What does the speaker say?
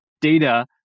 data